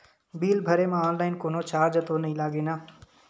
Bill भरे मा online कोनो चार्ज तो नई लागे ना?